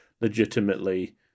legitimately